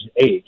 age